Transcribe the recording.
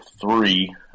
three